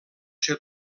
ser